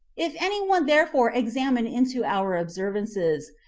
if any one therefore examine into our observances,